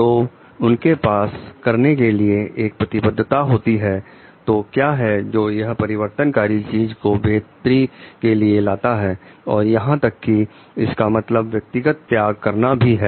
तो उनके पास करने के लिए एक प्रतिबद्धता होती है तो क्या है जो यह परिवर्तन कारी चीज को बेहतरी के लिए लाता है और यहां तक कि इसका मतलब व्यक्तिगत त्याग करना भी है